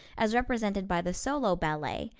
as represented by the solo ballet,